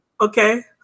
Okay